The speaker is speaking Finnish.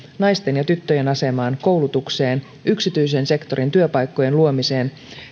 naisten ja tyttöjen asemaan koulutukseen yksityisen sektorin työpaikkojen luomiseen